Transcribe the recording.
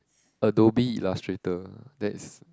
Adobe Illustrator that's